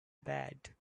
bad